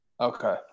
Okay